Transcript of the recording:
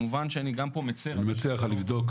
אני מציע לך לבדוק,